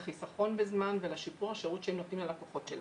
לחסכון בזמן ולשיפור השירות שהם נותנים ללקוחות שלהם.